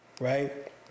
right